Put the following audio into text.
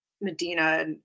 Medina